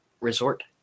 resort